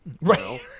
right